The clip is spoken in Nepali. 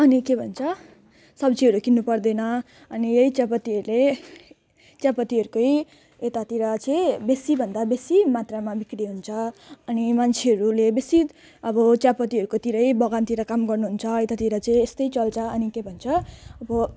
अनि के भन्छ सब्जीहरू किन्नुपर्दैन अनि यही चियापत्तीहरूले चियापत्तीहरूको यतातिर चाहिँ बेसीभन्दा बेसी मात्रामा बिक्री हुन्छ अनि मान्छेहरूले बेसी अब चियापत्तीहरूकोतिरै बगानतिर काम गर्नुहुन्छ उतातिर चाहिँ यस्तै चल्छ अनि के भन्छ अब